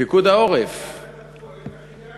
פיקוד העורף, את החידה?